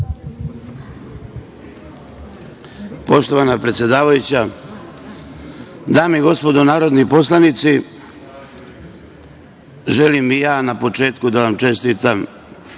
Poštovana predsedavajuća, dame i gospodo narodni poslanici, želim i ja na početku da vam čestitam